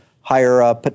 higher